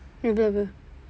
எவ்வளவு:evvalavu